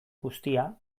guztia